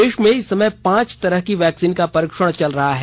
देश में इस समय पांच तरह की वैक्सीन का परीक्षण चल रहा है